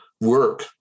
work